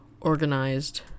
organized